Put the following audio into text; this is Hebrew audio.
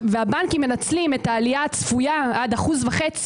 הבנקים מנצלים את העלייה הצפויה עד 1.5%